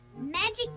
Magic